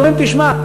אז אומרים: תשמע,